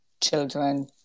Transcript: children